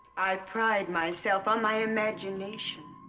i pride myself on my imagination